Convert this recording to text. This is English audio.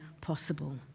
possible